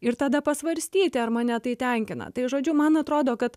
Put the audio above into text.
ir tada pasvarstyti ar mane tai tenkina tai žodžiu man atrodo kad